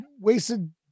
wasted